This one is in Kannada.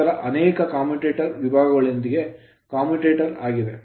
ನಂತರ ಇದು ಅನೇಕ commutator ಕಮ್ಯೂಟರೇಟರ್ ವಿಭಾಗಗಳೊಂದಿಗೆ commutator ಕಮ್ಯೂಟರೇಟರ್ ಆಗಿದೆ